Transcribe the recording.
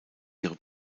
ihre